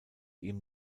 ihm